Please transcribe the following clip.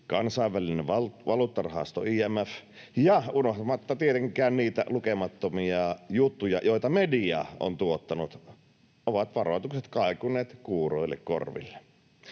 Kansainvälinen valuuttarahasto IMF, unohtamatta tietenkään niitä lukemattomia juttuja, joita media on tuottanut, ovat varoitukset kaikuneet kuuroille korville.